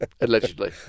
allegedly